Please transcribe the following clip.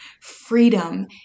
freedom